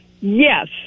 yes